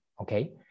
okay